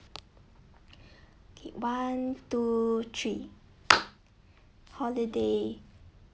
okay one two three holiday